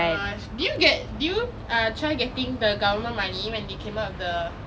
oh my gosh did you get did you err try getting the government money when they came up with the